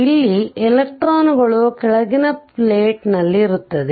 ಇಲ್ಲಿ ಎಲೆಕ್ಟ್ರಾನ್ಗಳು ಕೆಳಗಿನ ಪ್ಲೇಟ್ ನಲ್ಲಿರುತ್ತದೆ